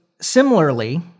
similarly